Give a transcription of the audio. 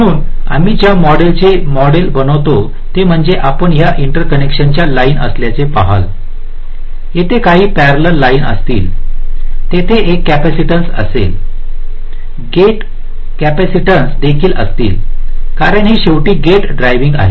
म्हणून आम्ही ज्या मॉडेलचे मॉडेल बनवितो ते म्हणजे आपण या इंटरकॉंनेकशन च्या लाईन असल्याचे पहाल येथे काही परललेल लाईन असतील तेथे एक कॅपॅसिटन्सस असेल गेट कॅपेसिटेन्स देखील असतील कारण हे शेवटी गेट ड्रायविंग आहे